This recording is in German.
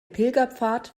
pilgerpfad